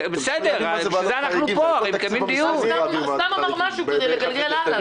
הוא סתם אמר משהו כדי לגלגל הלאה.